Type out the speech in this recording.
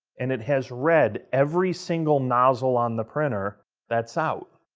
and it has read every single nozzle on the printer that's out.